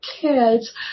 kids